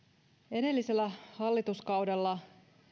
edellisellä hallituskaudella